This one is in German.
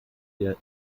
der